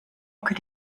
could